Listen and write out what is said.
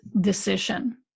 decision